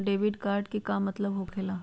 Debit card के का मतलब होकेला?